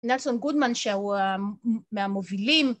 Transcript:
נלסון גודמן שהוא מהמובילים